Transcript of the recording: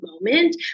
moment